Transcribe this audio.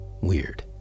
weird